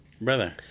brother